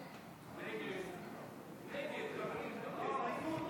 אורית מלכה סטרוק,